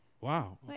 Wow